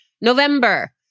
November